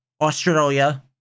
Australia